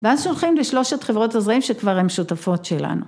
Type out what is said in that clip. ואז שולחים לשלושת חברות הזרעים שכבר הן שותפות שלנו.